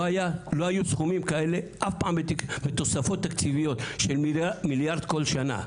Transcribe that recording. לא היו סכומים כאלה אף פעם בתוספות תקציביות של מיליארד בכל שנה.